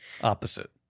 Opposite